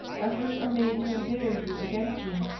efforts are made to embitter you against me.